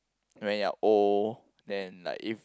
when you're old then like if